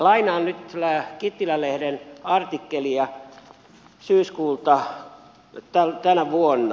lainaan nyt kittilälehden artikkelia syyskuulta tänä vuonna